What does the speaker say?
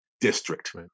district